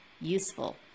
useful